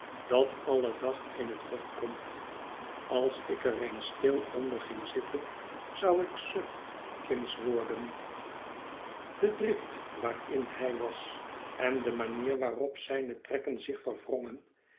dat alle dag in het hof komt als ik er eens stil onder ging zitten zou ik suf en kindsch worden de drift waarin hij was en de manier waarop zijne trekken zich